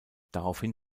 daraufhin